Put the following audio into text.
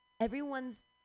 everyone's